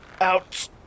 Out